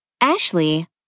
Ashley